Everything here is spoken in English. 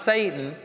Satan